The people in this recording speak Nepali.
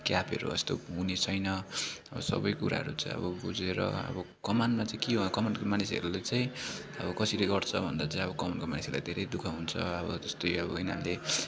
क्याबहरू यस्तो हुने छैन अब सबै कुराहरू चाहिँ अब बुझेर अब कमानमा चाहिँ के हो कमानको मानिसहरूले चाहिँ अब कसरी गर्छ भन्दा चाहिँ अब कमानको मानिसहरूलाई धेरै दुःख हुन्छ अब जस्तै अब यिनीहरूले